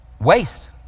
waste